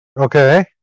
Okay